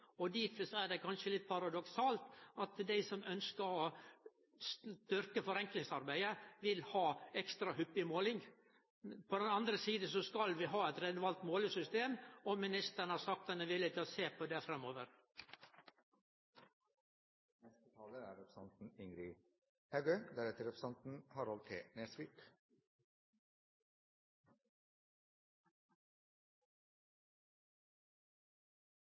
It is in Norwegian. Og difor er det kanskje litt paradoksalt at dei som ønskjer å styrkje forenklingsarbeidet, vil ha ekstra hyppige målingar. På den andre sida så skal vi ha eit relevant målesystem, og ministeren har sagt at han er villig til å sjå på det framover. Saksordføraren gjorde på ein fortreffeleg måte greie for begge desse sakene, og eg er